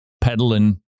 peddling